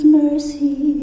mercy